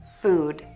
food